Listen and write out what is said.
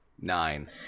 Nine